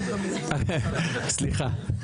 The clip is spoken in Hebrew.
סליחה.